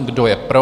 Kdo je pro?